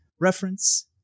reference